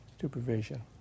supervision